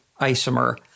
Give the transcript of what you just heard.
isomer